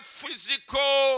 physical